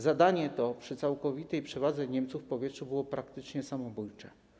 Zadanie to przy całkowitej przewadze Niemców w powietrzu było praktycznie samobójcze.